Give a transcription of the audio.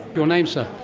your name sir?